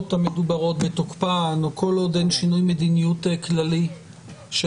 המדוברות בתוקפן או כל עוד אין שינוי מדיניות כללי של